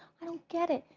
i don't get it.